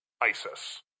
ISIS